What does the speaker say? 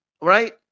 right